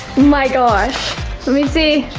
my gosh. let me see.